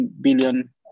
billion